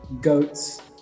goats